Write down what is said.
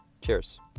Cheers